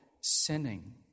sinning